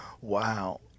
Wow